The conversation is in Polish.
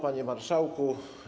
Panie Marszałku!